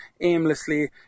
aimlessly